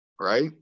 right